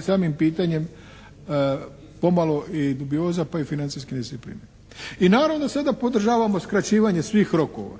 samim pitanjem pomalo i dubioza pa i financijske discipline. I naravno da sada podržavamo skraćivanje svih rokova